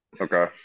Okay